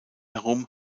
herum